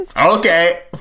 Okay